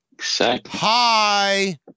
Hi